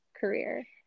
career